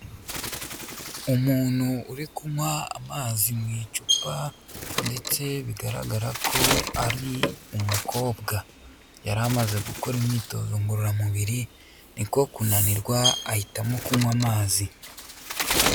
Umuntu uri kunywa amazi mu icupa ndetse bigaragara ko ari umukobwa. Yari amaze gukora imyitozo ngororamubiri, ni ko kunanirwa ahitamo kunywa amazi.